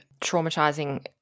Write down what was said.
traumatizing